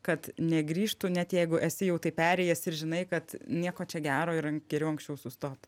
kad negrįžtų net jeigu esi jau tai perėjęs ir žinai kad nieko čia gero ir geriau anksčiau sustot